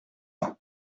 ans